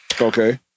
Okay